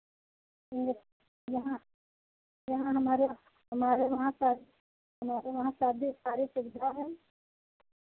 ये यहाँ यहाँ हमारे हमारे यहाँ सारे हमारे वहाँ सब चीज़ सारी सुविधा है